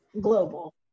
global